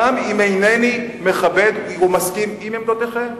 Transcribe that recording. גם אם אינני מכבד ומסכים עם עמדותיכם.